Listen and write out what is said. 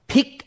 Pick